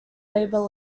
labour